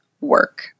work